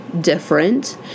different